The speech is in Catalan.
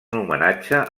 homenatge